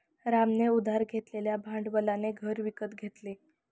रामने उधार घेतलेल्या भांडवलाने घर विकत घेतले